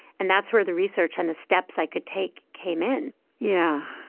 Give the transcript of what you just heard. and that's where the research and the steps i could take came in yeah.